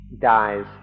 dies